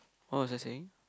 what was I saying